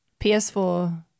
PS4